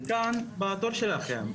כאן בא התור שלכם,